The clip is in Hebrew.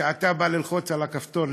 כשאתה בא ללחוץ על הכפתור,